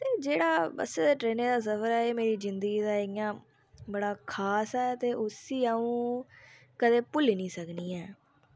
ते जेह्ड़े असें एह् ट्रेनें दा सफर ऐ एह् असें इंया बड़ा खास ऐ ते उसी अंऊ कदें भुल्ली निं सकनी ऐं